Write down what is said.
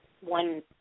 one